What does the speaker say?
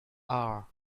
hour